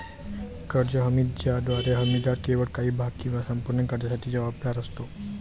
कर्ज हमी ज्याद्वारे हमीदार केवळ काही भाग किंवा संपूर्ण कर्जासाठी जबाबदार असतो